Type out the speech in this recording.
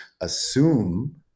assume